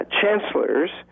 chancellors